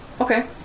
Okay